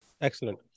Excellent